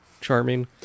charming